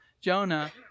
Jonah